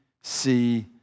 see